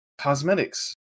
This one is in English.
cosmetics